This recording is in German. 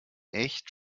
echt